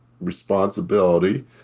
responsibility